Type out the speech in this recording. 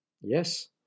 Yes